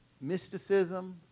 mysticism